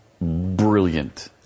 brilliant